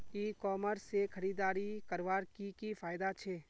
ई commerce से खरीदारी करवार की की फायदा छे?